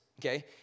okay